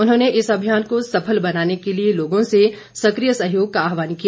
उन्होंने इस अभियान को सफल बनाने के लिए लोगों से सकिय सहयोग का आहवान किया